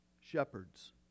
shepherds